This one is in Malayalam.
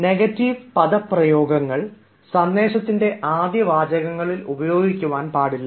നെഗറ്റീവ് പദപ്രയോഗങ്ങൾ സന്ദേശത്തിൻറെ ആദ്യ വാചകങ്ങളിൽ ഉപയോഗിക്കുവാൻ പാടില്ല